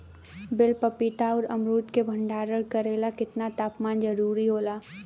बेल पपीता और अमरुद के भंडारण करेला केतना तापमान जरुरी होला?